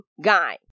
guy